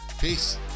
Peace